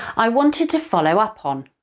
i wanted to follow up on,